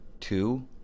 two